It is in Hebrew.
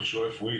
מכשור רפואי,